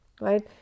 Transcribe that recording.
right